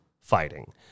fighting